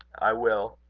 i will.